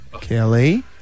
Kelly